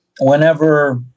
whenever